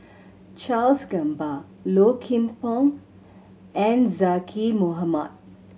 Charles Gamba Low Kim Pong and Zaqy Mohamad